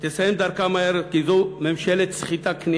תסיים דרכה מהר כי זו ממשלת סחיטה-כניעה.